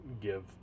give